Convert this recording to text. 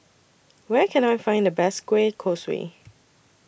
Where Can I Find The Best Kueh Kosui